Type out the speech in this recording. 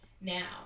now